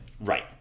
Right